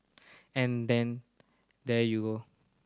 and then there you go